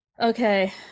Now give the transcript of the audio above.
Okay